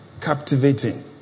captivating